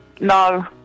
No